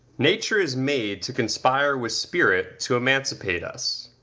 nature is made to conspire with spirit to emancipate us.